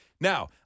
Now